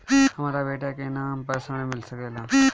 हमरा बेटा के नाम पर ऋण मिल सकेला?